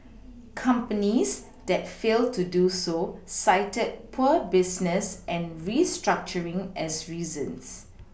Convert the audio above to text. companies that failed to do so cited poor business and restructuring as reasons